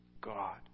God